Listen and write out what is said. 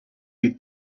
you